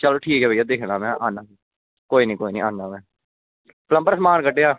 चलो ठीक ऐ में दिक्खना आना कोई निं कोई निं आना में प्लम्बर समान कड्ढेआं